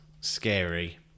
scary